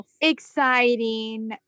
exciting